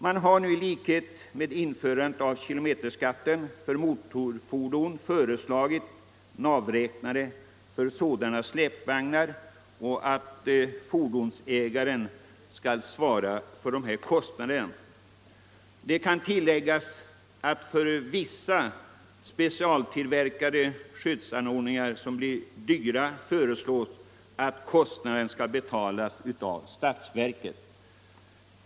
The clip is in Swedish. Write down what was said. Man har nu på samma sätt som vid införandet av kilometerskatten för motorfordon föreslagit navräknare för sådana släpvagnar och att fordonsägaren skall svara för kostnaderna. Det kan tilläggas att för vissa specialtillverkade skyddsanordningar, som blir dyra, föreslås att kostnaden skall betalas av statsverket.